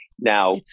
Now